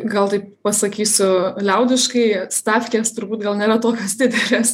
gal taip pasakysiu liaudiškai stafkės turbūt gal nėra tokios didelės